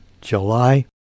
July